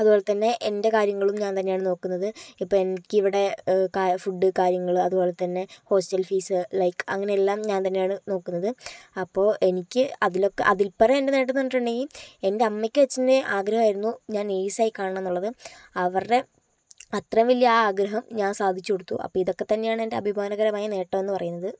അതുപോലെ തന്നെ എൻ്റെ കാര്യങ്ങളും ഞാൻ തന്നെയാണ് നോക്കുന്നത് ഇപ്പോൾ എനിക്ക് ഇവിടെ ഫുഡ് കാര്യങ്ങള് അതുപോലെ തന്നെ ഹോസ്റ്റൽ ഫീസ് ലൈക്ക് അങ്ങനെ എല്ലാം ഞാൻ തന്നെയാണ് നോക്കുന്നത് അപ്പോൾ എനിക്ക് അതിലൊക്കെ അതിൽ പരം എൻ്റെ നേട്ടം എന്ന് പറഞ്ഞിട്ടുണ്ടെങ്കിൽ എൻ്റെ അമ്മയ്ക്കും അച്ഛൻ്റെയും ആഗ്രഹമായിരുന്നു ഞാൻ നഴ്സായി കാണണം എന്നുള്ളത് അവരുടെ അത്രയും വലിയ ആ ആഗ്രഹം ഞാൻ സാധിച്ച് കൊടുത്തു അപ്പോൾ ഇതൊക്കെ തന്നെയാണ് എൻ്റെ അഭിമാനകരമായ നേട്ടം എന്ന് പറയുന്നത്